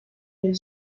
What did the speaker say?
mil